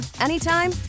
anytime